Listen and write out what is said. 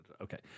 Okay